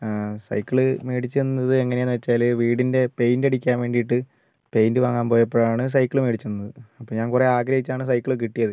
cycle മേടിച്ചു തന്നത് എങ്ങനെയാണ് എന്നു വെച്ചാൽ വീടിൻ്റെ പെയിൻറ് അടിക്കാൻ വേണ്ടിയിട്ട് പെയിൻറ് വാങ്ങാൻ പോയപ്പോഴാണ് സൈക്കിൾ മേടിച്ചു തന്നത് അപ്പോൾ ഞാൻ കുറേ ആഗ്രഹിച്ചാണ് സൈക്കിൾ കിട്ടിയത്